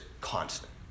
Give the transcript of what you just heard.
constant